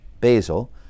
Basil